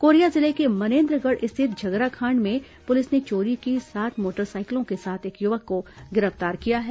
Korea जिले के मनेन्द्रगढ़ स्थित झगराखांड में पुलिस ने चोरी की सात मोटरसाइकिलों के साथ एक युवक को गिरफ्तार किया है